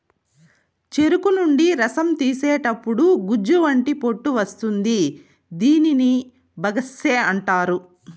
చెరుకు నుండి రసం తీసేతప్పుడు గుజ్జు వంటి పొట్టు వస్తుంది దీనిని బగస్సే అంటారు